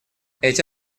эти